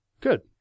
Good